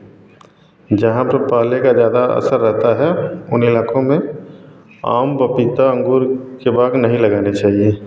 जहाँ पर पहले का ज़्यादा असर रहता है उन इलाकों में आम पपीता अंगूर के बाग नहीं लगाने चाहिए